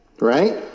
Right